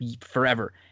Forever